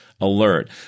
alert